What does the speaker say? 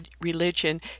religion